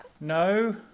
No